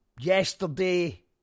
yesterday